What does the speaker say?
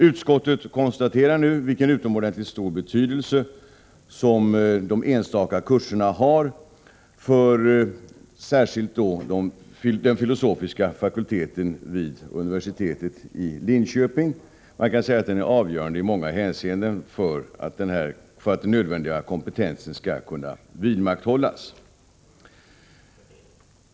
Utskottet konstaterar nu vilken utomordentligt stor betydelse de enstaka kurserna har för särskilt den filosofiska fakulteten vid universitetet i Linköping. Man kan säga att de i många hänseenden är avgörande för att den nödvändiga kompetensen skall kunna vidmakthållas.